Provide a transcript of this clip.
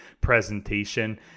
presentation